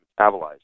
metabolized